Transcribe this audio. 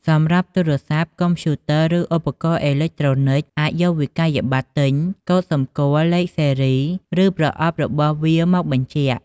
សម្រាប់ទូរស័ព្ទ កុំព្យូទ័រ ឬឧបករណ៍អេឡិចត្រូនិច អាចយកវិក្កយបត្រទិញ កូដសម្គាល់ ឬប្រអប់របស់វាមកបញ្ជាក់។